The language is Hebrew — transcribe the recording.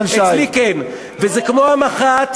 זה כמו המח"ט